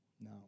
No